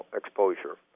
exposure